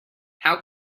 how